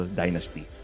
dynasty